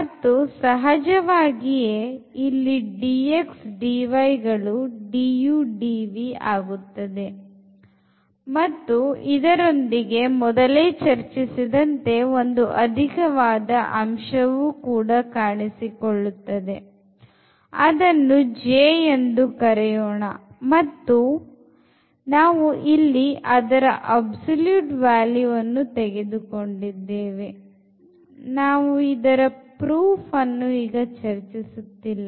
ಮತ್ತು ಸಹಜವಾಗಿಯೇ ಇಲ್ಲಿ dx dy ಗಳು du dv ಆಗುತ್ತವೆ ಮತ್ತು ಇದರೊಂದಿಗೆ ಮೊದಲೇ ಚರ್ಚಿಸಿದಂತೆ ಒಂದು ಅಧಿಕವಾದ ಅಂಶವು ಕೂಡ ಕಾಣಿಸಿಕೊಳ್ಳುತ್ತದೆ ಅದನ್ನು J ಎಂದು ಕರೆಯೋಣ ಮತ್ತು ನಾವು ಇಲ್ಲಿ ಅದರ absolute value ಅನ್ನು ತೆಗೆದುಕೊಂಡಿದ್ದೇವೆ ಮತ್ತು ನಾವು ಇದರ proof ಅನ್ನು ಈಗ ಚರ್ಚಿಸುತ್ತಿಲ್ಲ